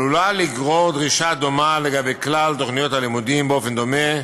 עלולה לגרור דרישה דומה לגבי כלל תוכניות הלימודים באופן דומה,